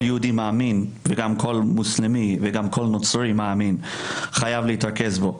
יהודי מאמין וגם כל מוסלמי וגם כל נוצרי מאמין חייב להתרכז בו.